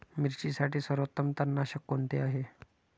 मिरचीसाठी सर्वोत्तम तणनाशक कोणते आहे?